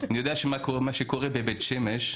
אני יודע מה שקורה בבית שמש,